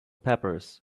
peppers